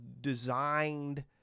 designed